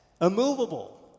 immovable